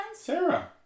Sarah